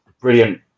brilliant